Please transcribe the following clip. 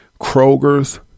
Kroger's